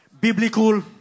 biblical